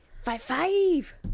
Five-five